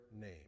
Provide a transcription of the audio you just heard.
name